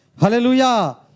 Hallelujah